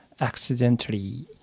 accidentally